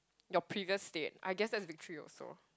your previous state I guess that's victory also